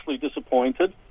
disappointed